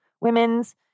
women's